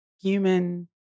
human